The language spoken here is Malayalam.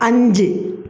അഞ്ച്